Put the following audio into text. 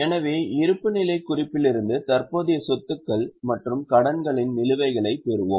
எனவே இருப்புநிலைக் குறிப்பிலிருந்து தற்போதைய சொத்துக்கள் மற்றும் கடன்களின் நிலுவைகளைப் பெறுவோம்